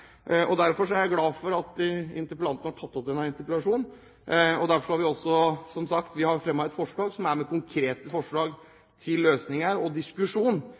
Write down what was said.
Derfor er jeg glad for at interpellanten har tatt opp denne interpellasjonen, og derfor har vi som sagt fremmet et forslag til diskusjon, med konkrete forslag til løsning. Jeg føler nå at ting har fått lov til å versere mellom fylker og